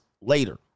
later